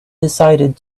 decided